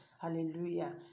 Hallelujah